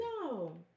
No